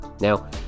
Now